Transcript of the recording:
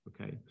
Okay